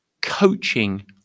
coaching